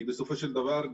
כי בסופו של דבר,